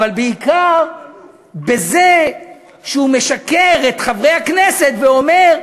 אבל בעיקר בזה שהוא משקר לחברי הכנסת ואומר: